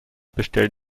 bestellt